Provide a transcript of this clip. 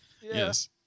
Yes